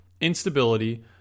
instability